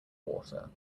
water